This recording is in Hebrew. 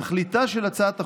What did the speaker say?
תכליתה של הצעת החוק,